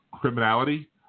criminality